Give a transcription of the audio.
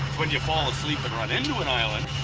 when you fall asleep and run into an island.